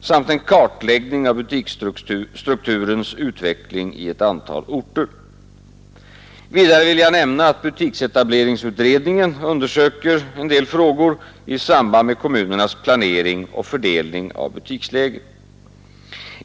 samt en kartläggning av butiksstrukturens utveckling i ett antal orter. Vidare vill jag nämna, att butiksetableringsutredningen undersöker vissa frågor i samband med kommunernas planering och fördelning av butikslägen.